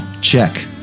Check